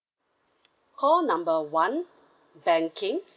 call number one banking